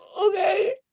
Okay